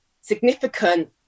significant